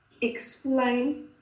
explain